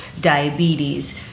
diabetes